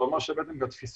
זה ממש --- לתפיסה,